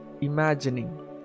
imagining